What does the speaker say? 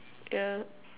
yeah